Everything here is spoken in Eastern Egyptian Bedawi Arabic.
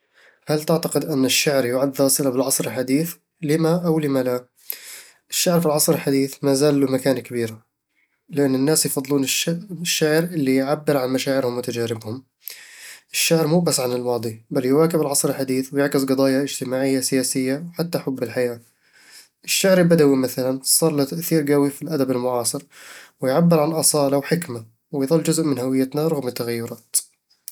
هل تعتقد أن الشعر يُعدّ ذا صلة بالعصر الحديث؟ لِمَ أو لِمَ لا؟ الشعر في العصر الحديث ما زال له مكانة كبيرة، لأن الناس يفضلون الش- الشعر اللي يعبر عن مشاعرهم وتجاربهم. الشعر مو بس عن الماضي، بل يواكب العصر الحديث ويعكس قضايا اجتماعية، سياسية، وحتى حب الحياة الشعر البدوي، مثلًا، صار له تأثير قوي في الأدب المعاصر، ويعبر عن أصالة وحكمة، ويظل جزء من هويتنا رغم التغيرات